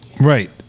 Right